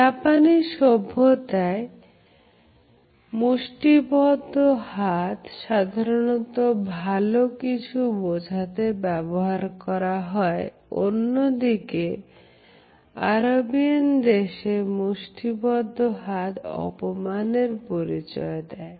জাপানি সভ্যতায় মুষ্টিবদ্ধ হাত সাধারণত ভালো কিছু বোঝাতে ব্যবহার করা হয় অন্যদিকে আরবিয়ান দেশে মুষ্টিবদ্ধ হাত অপমানের পরিচয় দেয়